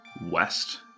west